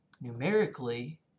numerically